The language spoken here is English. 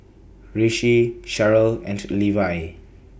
Rishi Cheryll and Levi